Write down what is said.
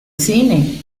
cine